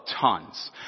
tons